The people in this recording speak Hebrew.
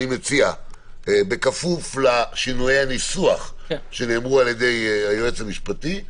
אני מציע בכפוף לשינויי הניסוח שנאמרו על ידי היועץ המשפטי.